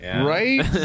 Right